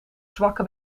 zwakke